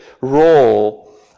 role